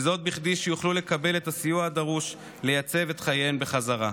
כדי שיוכלו לקבל את הסיוע הדרוש לייצב את חייהן בחזרה.